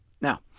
Now